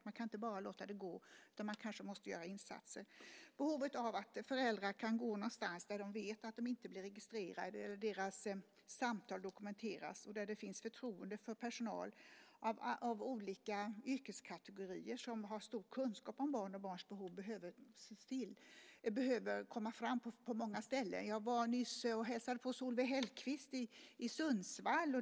Man kan inte bara låta det gå, utan man måste göra något. Föräldrar behöver ha någonstans att gå där de vet att de inte blir registrerade och samtalen dokumenterade och där det finns förtroende för personal av olika yrkeskategorier som har stor kunskap om barn och barns behov. Det behöver komma fram på många ställen. Jag hälsade nyss på Solveig Hellquist i Sundsvall.